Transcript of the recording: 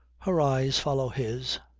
her eyes follow his,